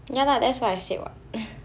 ya lah that's what I say what